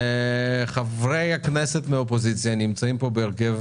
חברי הכנסת מהאופוזיציה נמצאים כאן בהרכב